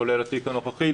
כולל התיק הנוכחי,